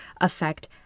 affect